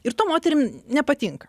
ir tom moterim nepatinka